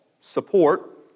support